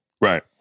right